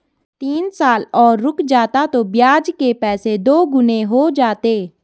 तीन साल और रुक जाता तो ब्याज के पैसे दोगुने हो जाते